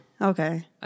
Okay